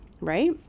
right